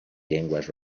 llengües